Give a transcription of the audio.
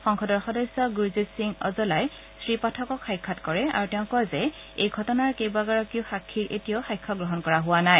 সংসদৰ সদস্য গুৰজিৎ সিং অজলাই শ্ৰীপাঠকক সাক্ষাৎ কৰে আৰু কয় যে এই ঘটনাৰ কেইবাগৰাকীও সাক্ষীৰ এতিয়াও সাক্ষ্য গ্ৰহণ কৰা হোৱা নাই